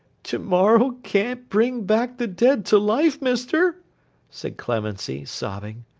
to-morrow can't bring back the dead to life, mister said clemency, sobbing.